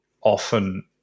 often